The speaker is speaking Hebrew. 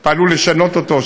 לא פנו לשנות אותו,